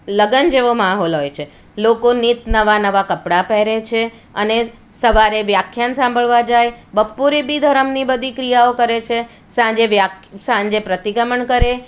લગ્ન જેવો માહોલ હોય છે લોકો નીત નવાં નવાં કપડાં પહેરે છે અને સવારે વ્યાખ્યાન સાંભળવા જાય બપોરે બી ધરમની બધી ક્રિયાઓ કરે છે સાંજે સાંજે પ્રતિક્રમણ કરે